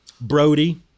Brody